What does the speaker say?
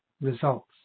results